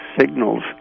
signals